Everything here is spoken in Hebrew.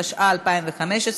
התשע"ה 2015,